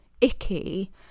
icky